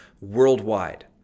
worldwide